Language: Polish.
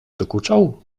dokuczał